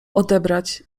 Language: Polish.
odebrać